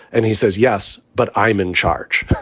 and he says, yes, but i'm in charge.